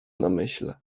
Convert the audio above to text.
namyśle